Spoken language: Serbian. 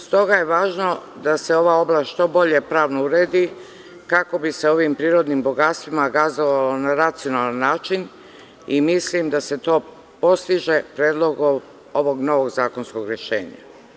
Stoga je važno da se ova oblast što bolje pravno uredi, kako bi se ovim prirodnim bogatstvima gazdovalo na racionalan način i mislim da se to postiže predlogom ovog novog zakonskog rešenja.